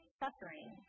suffering